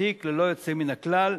ותיק ללא יוצא מן הכלל.